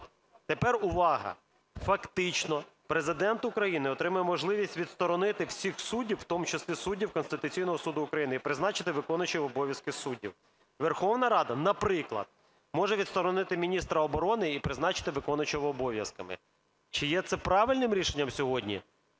тепер увага, фактично Президент України отримає можливість відсторонити всіх суддів, в тому числі суддів Конституційного Суду України, і призначити виконуючих обов'язки суддів. Верховна Рада, наприклад, може відсторонити міністра оборони і призначити виконуючого обов'язки. Чи є це правильним рішенням сьогодні?